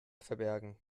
verbergen